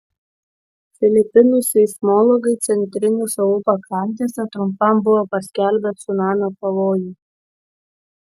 filipinų seismologai centrinių salų pakrantėse trumpam buvo paskelbę cunamio pavojų